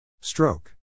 Stroke